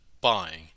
buying